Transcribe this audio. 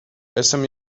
esam